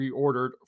reordered